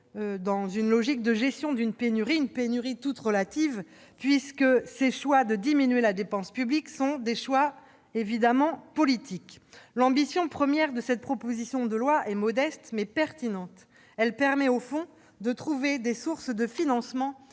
dans une logique de gestion de la pénurie. Certes, la pénurie est toute relative, puisque les choix de diminuer la dépense publique sont évidemment politiques. L'ambition première de cette proposition de loi est modeste, mais pertinente. Elle permet au fond de trouver des sources de financement